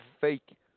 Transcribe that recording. fake